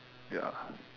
ya